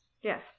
Yes